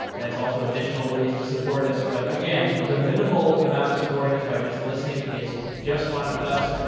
that's also additional ways to support us. but again, the minimal amount of supporting us by just listening is just fine with us.